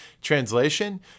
Translation